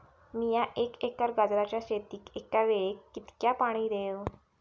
मीया एक एकर गाजराच्या शेतीक एका वेळेक कितक्या पाणी देव?